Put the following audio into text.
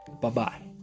Bye-bye